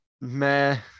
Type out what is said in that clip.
meh